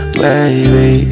baby